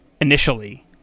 initially